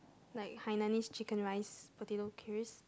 like Hainanese Chicken Rice potato crips